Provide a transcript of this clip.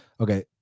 Okay